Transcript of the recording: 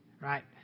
right